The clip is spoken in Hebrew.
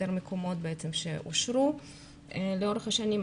יותר מקומות שאושרו לאורך השנים.